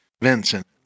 Vincent